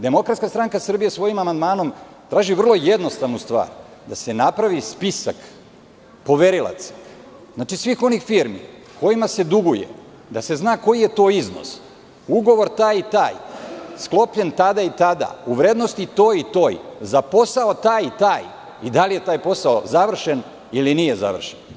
Demokratska stranka Srbije, svojim amandmanom traži vrlo jednostavnu stvar – da se napravi spisak poverilaca, znači svih onih firmi kojima se duguje, da se zna koji je to iznos, ugovor taj i taj, sklopljen tada i tada, u vrednosti toj i toj, za posao taj i taj i da li je taj posao završen ili nije završen.